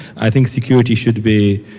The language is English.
i think security should be,